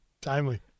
Timely